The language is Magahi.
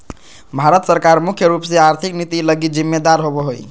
भारत सरकार मुख्य रूप से आर्थिक नीति लगी जिम्मेदर होबो हइ